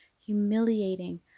humiliating